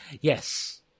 yes